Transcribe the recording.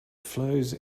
flows